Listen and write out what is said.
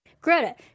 Greta